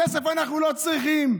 כסף אנחנו לא צריכים.